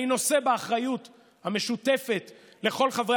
אני נושא באחריות המשותפת לכל חברי